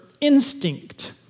instinct